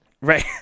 Right